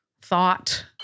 thought